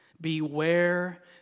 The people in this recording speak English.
Beware